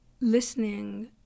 listening